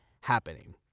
happening